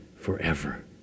forever